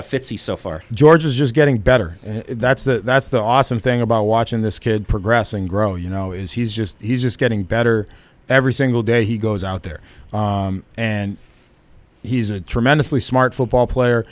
of fitzy so far george is just getting better that's the that's the awesome thing about watching this kid progressing grow you know is he's just he's just getting better every single day he goes out there and he's a tremendously smart football player